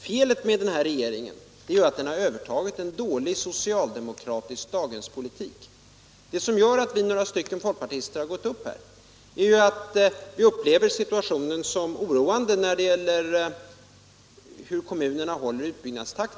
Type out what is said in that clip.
Felet med den här regeringen är att den övertagit en dålig socialdemokratisk daghemspolitik. Vad som gör att vi, några folkpartister, har gått upp i den här debatten är att vi upplever situationen som oroande när det gäller kommunernas utbyggnadstakt.